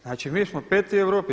Znači mi smo peti u Europi.